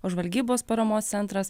o žvalgybos paramos centras